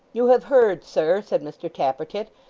you have heard, sir said mr tappertit,